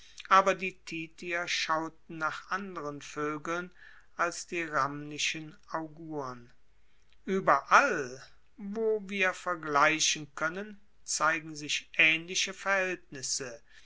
aber die titier schauten nach anderen voegeln als die ramnischen augurn ueberall wo wir vergleichen koennen zeigen sich aehnliche verhaeltnisse